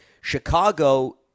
Chicago